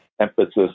emphasis